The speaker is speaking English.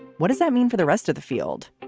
what does that mean for the rest of the field?